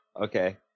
Okay